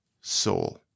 soul